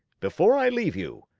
before i leave you,